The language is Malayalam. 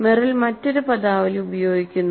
മെറിൽ മറ്റൊരു പദാവലി ഉപയോഗിക്കുന്നു